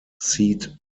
seed